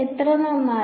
എത്ര നന്നായി